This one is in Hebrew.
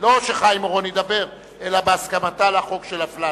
לא שחיים אורון ידבר אלא בהסכמתה לחוק של אפללו.